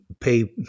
pay